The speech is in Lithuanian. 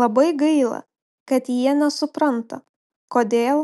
labai gaila kad jie nesupranta kodėl